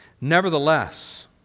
Nevertheless